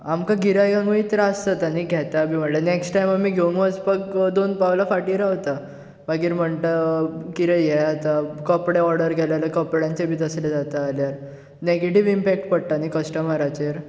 आमकां गिरायकांकूय मागीर त्रास जाता न्ही घेता बी म्हणल्यार नॅक्स्ट टायम आमी घेवन वचपाक दोन पावलां फाटी रावता मागीर म्हणटा कितें हें आतां कपडे ऑर्डर केले जाल्यार कपड्याचे बी तसले जाता जाल्यार नॅगेटीव्ह इंपॅक्ट पडटा न्ही कस्टमराचेर